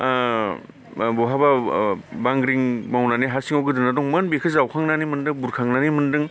बहाबा बांग्रिं मावनानै हा सिङाव गोदोना दंमोन बेखौ जावखांनानै मोन्दों बुरखांनानै मोन्दों